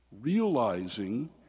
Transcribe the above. realizing